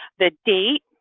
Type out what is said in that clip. the date,